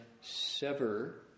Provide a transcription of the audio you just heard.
sever